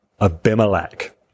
Abimelech